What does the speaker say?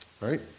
right